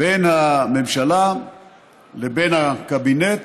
בין הממשלה לבין הקבינט,